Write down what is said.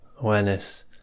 awareness